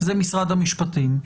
זה משרד המשפטים,